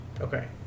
Okay